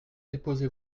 déposé